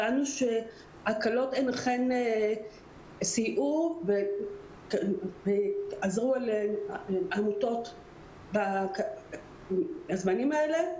הבנו שההקלות אכן סייעו ועזרו לעמותות בזמנים האלה.